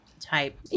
type